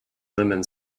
lemon